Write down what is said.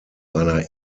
einer